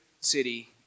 city